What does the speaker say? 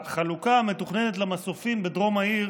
החלוקה המתוכננת למסופים בדרום העיר